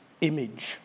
image